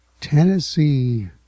Tennessee